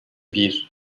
bir